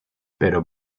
pero